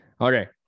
Okay